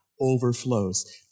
overflows